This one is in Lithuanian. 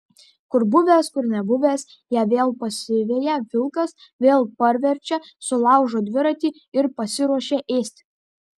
kur buvęs kur nebuvęs ją vėl pasiveja vilkas vėl parverčia sulaužo dviratį ir pasiruošia ėsti